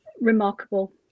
remarkable